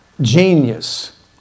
genius